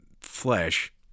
flesh